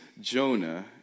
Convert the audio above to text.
Jonah